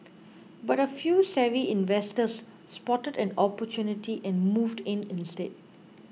but a few savvy investors spotted an opportunity and moved in instead